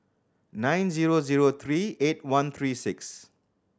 nine zero zero three eight one three six